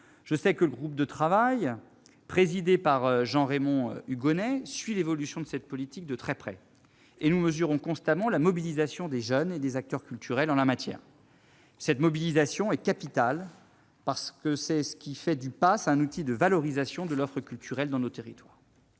Je sais que le groupe de travail présidé par Jean-Raymond Hugonet suit l'évolution de cette politique de très près. De plus, nous mesurons constamment la mobilisation des jeunes et des acteurs culturels. Cette mobilisation est capitale : c'est grâce à elle que le pass culture deviendra un outil de valorisation de l'offre culturelle dans nos territoires.